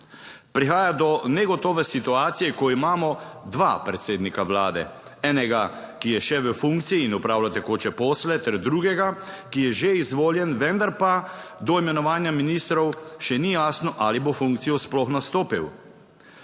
Prihaja do negotove situacije, ko imamo dva predsednika vlade, enega, ki je še v funkciji in opravlja tekoče posle, ter drugega, ki je že izvoljen, vendar pa do imenovanja ministrov še ni jasno, ali bo funkcijo sploh nastopil.